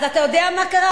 אז אתה יודע מה קרה?